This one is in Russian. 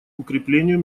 укреплению